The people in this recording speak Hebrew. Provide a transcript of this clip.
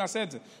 נעשה את זה.